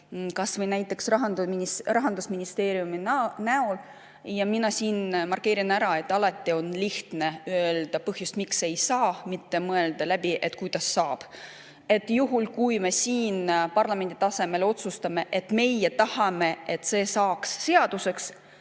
kas või näiteks Rahandusministeeriumi näol. Siinkohal markeerin ära, et alati on lihtne öelda põhjus, miks ei saa, mitte mõelda läbi, kuidas saab. Juhul, kui me siin parlamendi tasemel otsustame, et meie tahame, et see saaks seaduseks,